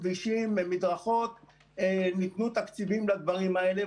כבישים ומדרכות ניתנו לתקציבים לדברים האלה.